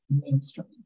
mainstream